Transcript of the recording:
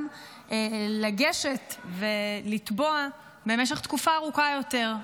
לגשת ולתבוע במשך תקופה ארוכה יותר,